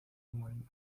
homónimo